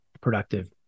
productive